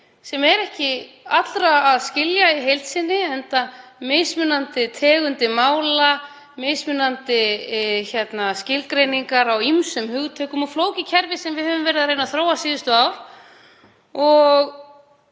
sem er ekki allra að skilja í heild sinni, enda eru mismunandi tegundir mála, mismunandi skilgreiningar á ýmsum hugtökum og flókið kerfi sem við höfum verið að reyna að þróa síðustu ár.